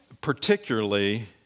particularly